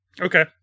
Okay